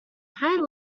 higher